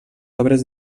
obres